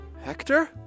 Hector